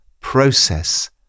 process